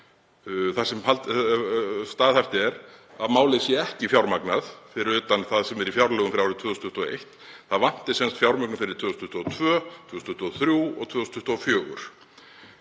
þar sem staðhæft er að málið sé ekki fjármagnað fyrir utan það sem er í fjárlögum fyrir árið 2021, það vanti sem sagt fjármögnun fyrir 2022, 2023 og 2024.